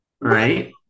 right